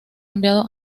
enviado